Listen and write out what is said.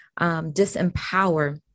disempower